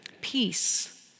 Peace